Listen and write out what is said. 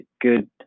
good